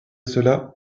cela